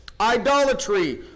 idolatry